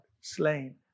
slain